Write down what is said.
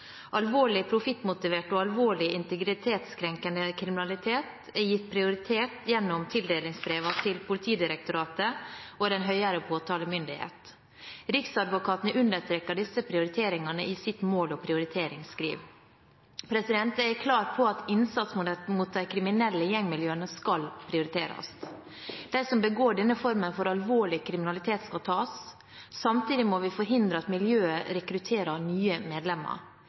Alvorlig, profittmotivert kriminalitet og alvorlig integritetskrenkende kriminalitet er gitt prioritet gjennom tildelingsbrevene til Politidirektoratet og den høyere påtalemyndighet. Riksadvokaten har understreket disse prioriteringene i sitt mål- og prioriteringsrundskriv. Jeg er klar på at innsats mot de kriminelle gjengmiljøene skal prioriteres. De som begår denne formen for alvorlig kriminalitet, skal tas. Samtidig må vi forhindre at miljøet rekrutterer nye medlemmer.